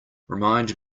remind